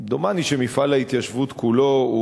דומני שמפעל ההתיישבות כולו,